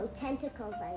tentacles